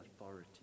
authority